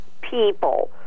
people